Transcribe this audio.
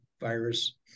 virus